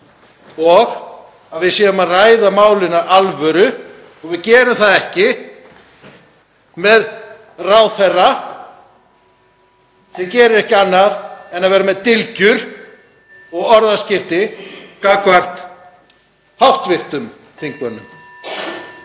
og að við séum að ræða málin af alvöru. Við gerum það ekki með ráðherra sem gerir ekki annað en að vera með dylgjur og orðaskipti gagnvart hv. þingmönnum.